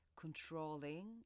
controlling